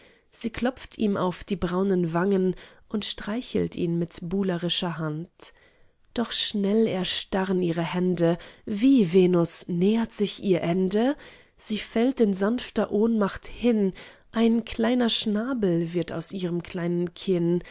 sie klopft ihn auf die braunen wangen und streichelt ihn mit buhlerischer hand doch schnell erstarren ihre hände wie venus nähert sich ihr ende sie fällt in sanfter ohnmacht hin ein kleiner schnabel wird aus ihrem kleinen kinn